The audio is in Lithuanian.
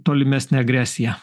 tolimesnę agresiją